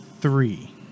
three